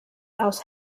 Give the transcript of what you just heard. aus